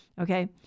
Okay